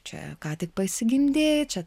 čia ką tik pasigimdei čia